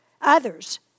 others